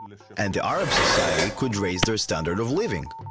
and the arab society could raise their standard of living.